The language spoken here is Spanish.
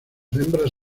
hembras